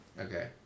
Okay